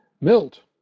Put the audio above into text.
Milt